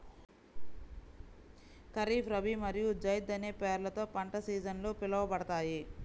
ఖరీఫ్, రబీ మరియు జైద్ అనే పేర్లతో పంట సీజన్లు పిలవబడతాయి